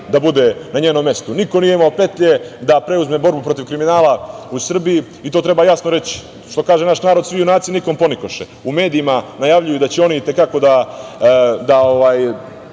da bude na njenom mestu. Niko nije imao petlje da preuzme borbu protiv kriminala u Srbiji i to treba jasno reći. Što kaže naš narod – svi junaci, nikom ponikoše.U medijima najavljuju da će oni da